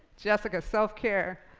jessica, self-care.